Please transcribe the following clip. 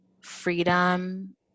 freedom